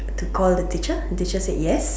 to call the teacher the teacher said yes